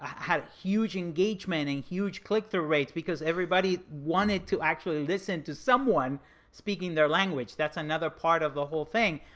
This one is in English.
had huge engagement in huge click through rates because everybody wanted to actually listen to someone speaking their language. that's another part of the whole thing.